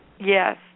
Yes